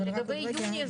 לגבי יוני,